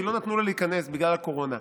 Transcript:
כי לא נתנו לה להיכנס בגלל הקורונה,